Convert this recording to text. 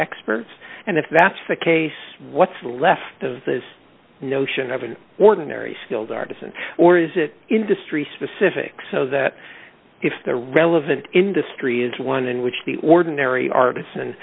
experts and if that's the case what's left of this notion of an ordinary skilled artisan or is it industry specific so that if the relevant industry is one in which the ordinary artis